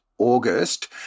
August